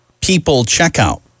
people-checkout